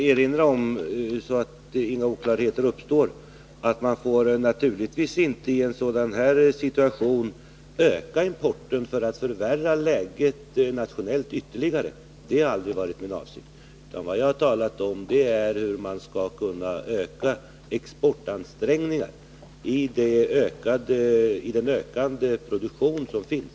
Fru talman! För att inga oklarheter skall råda vill jag påpeka att man i en sådan här situation naturligtvis inte får öka importen så att läget internationellt förvärras ytterligare. Det har aldrig varit min avsikt. Vad jag har talat om är hur man vid en ökande produktion skall kunna intensifiera exportansträngningarna.